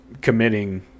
committing